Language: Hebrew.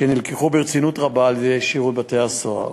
שנלקחו ברצינות רבה על-ידי שירות בתי-הסוהר,